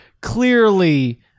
clearly